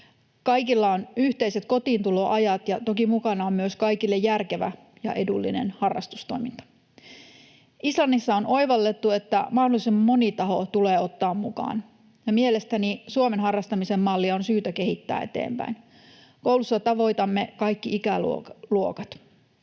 kaikilla on yhteiset kotiintuloajat, ja toki mukana on myös kaikille järkevä ja edullinen harrastustoiminta. Islannissa on oivallettu, että mahdollisimman moni taho tulee ottaa mukaan. Mielestäni Suomen harrastamisen mallia on syytä kehittää eteenpäin. Koulussa tavoitamme kaikki ikäluokat.